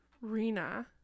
Rina